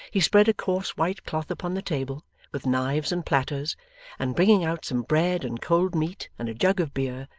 he spread a coarse white cloth upon the table with knives and platters and bringing out some bread and cold meat and a jug of beer,